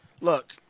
Look